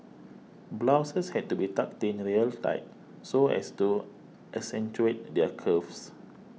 blouses had to be tucked in real tight so as to accentuate their curves